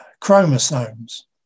chromosomes